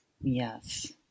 Yes